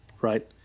right